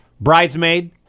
Bridesmaid